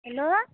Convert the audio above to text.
hello